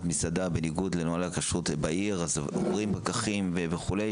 מסעדה בניגוד לנוהלי הכשרות בעיר אז עוברים פקחים וכו',